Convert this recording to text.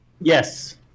Yes